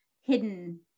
hidden